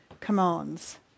commands